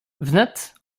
wnet